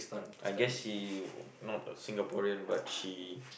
I guess she not a Singaporean but she